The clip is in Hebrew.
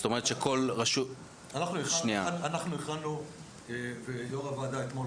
אנחנו הכנו - ויו"ר הוועדה ראה אתמול